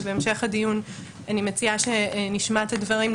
ובהמשך הדיון אני מציעה שנשמע את הדברים.